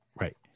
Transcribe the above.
Right